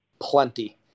plenty